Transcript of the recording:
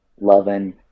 loving